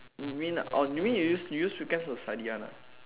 you mean orh you use you use weekends to study one ah